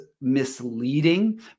misleading